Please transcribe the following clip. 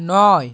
নয়